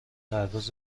پرواز